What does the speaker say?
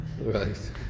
Right